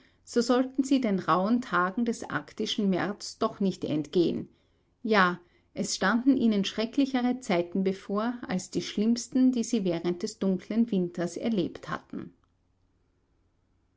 so sollten sie den rauhen tagen des arktischen märz doch nicht entgehen ja es standen ihnen schrecklichere zeiten bevor als die schlimmsten die sie während des dunkeln winters erlebt hatten